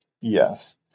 Yes